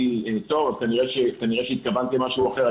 טוב, אז כנראה שהתכוונתם למשהו אחר.